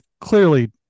clearly